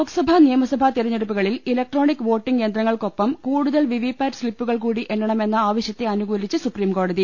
ലോക്സഭാ നിയമസഭാ തെരഞ്ഞെടുപ്പുകളിൽ electronic voting യന്ത്രങ്ങൾക്കൊപ്പം കൂടുതൽ വിപ്പി പാറ്റ് സ്ലിപ്പുകൾ കൂടി എണ്ണണമെന്ന ആവശ്യത്തെ അനുകൂലിച്ച് സുപ്രീം കോടതി